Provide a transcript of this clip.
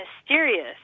mysterious